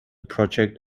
project